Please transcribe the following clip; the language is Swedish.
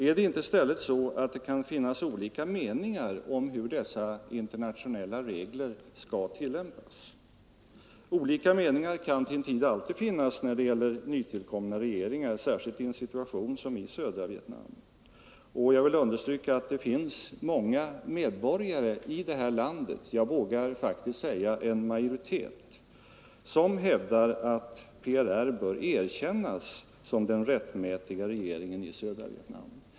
Är det inte i stället så att det kan finnas olika meningar om hur de internationella reglerna skall tillämpas? Olika meningar kan till en tid alltid finnas när det gäller nytillkomna regeringar, särskilt i en sådan situation som i södra Vietnam. Jag vill understryka att det finns många medborgare i vårt land — jag vågar faktiskt säga en majoritet —som hävdar att PRR bör erkännas som den rättmätiga regeringen i södra Vietnam.